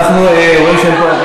אנחנו רואים שאין פה,